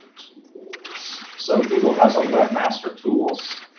tools. so google has a webmaster tools.